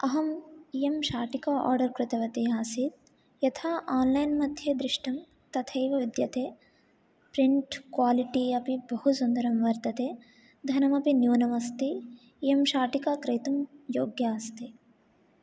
अहम् इयं शाटिका आर्डर् कृतवती आसीत् यथा आन्लैन् मध्ये दृष्टुं तथैव विद्यते प्रिण्ट् क्वालिटी अपि बहु सुन्दरं वर्तते धनम् अपि न्यूनम् अस्ति इयं शाटिका क्रेतुं योग्या अस्ति